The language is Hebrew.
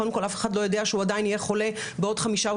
קודם כל אף אחד לא יודע שהוא עדיין יהיה חולה בעוד חמישה או